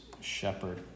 shepherd